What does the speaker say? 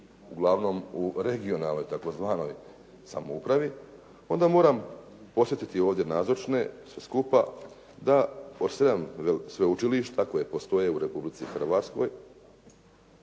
uglavnom u regionalnoj tako zvanoj samoupravi, onda moram podsjetiti ovdje nazočne sve skupa da od 7 sveučilišta koji postoje u Republici Hrvatskoj,